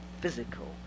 physical